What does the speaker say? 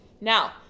now